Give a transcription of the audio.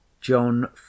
john